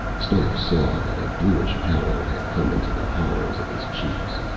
stark saw that a bluish pallor had come into the hollows of his cheeks.